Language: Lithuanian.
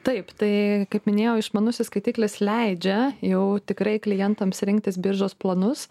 taip tai kaip minėjau išmanusis skaitiklis leidžia jau tikrai klientams rinktis biržos planus